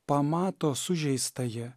pamato sužeistąjį